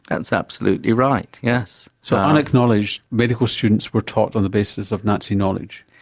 that's absolutely right, yes. so unacknowledged medical students were taught on the basis of nazi knowledge?